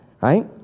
right